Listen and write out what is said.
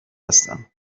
هستم